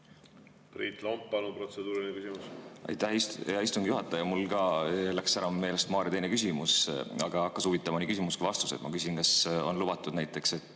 Priit Lomp, palun, protseduuriline küsimus! Aitäh, hea istungi juhataja! Mul ka läks meelest Mario teine küsimus, aga hakkas huvitama nii küsimus kui ka vastus. Ma küsin, kas on lubatud näiteks, et